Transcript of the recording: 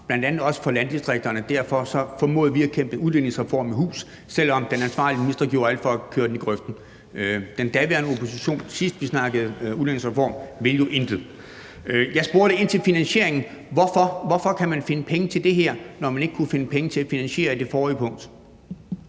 bl.a. også for landdistrikterne, og derfor formåede vi at kæmpe en udligningsreform i hus, selv om den ansvarlige minister gjorde alt for at køre den i grøften. Den daværende opposition ville jo, sidst vi snakkede udligningsreform, intet. Jeg spurgte ind til finansieringen. Hvorfor kan man finde penge til det her, når man ikke kunne finde penge til at finansiere det forrige punkt?